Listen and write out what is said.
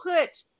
put